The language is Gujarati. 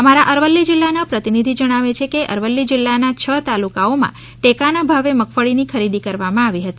અમારા અરવલ્લી જીલ્લાના પ્રતિનિધિ જણાવે છે કે અરવલ્લી જિલ્લાના છ તાલુકાઓમાં ટેકાના ભાવે મગફળીની ખરીદી કરવામાં આવી હતી